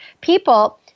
people